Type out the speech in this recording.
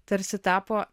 tarsi tapo